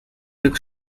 look